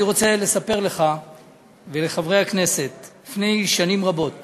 אני רוצה לספר לך ולחברי הכנסת שלפני שנים רבות